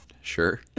Sure